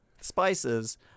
spices